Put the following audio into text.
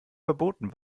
verboten